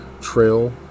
Trail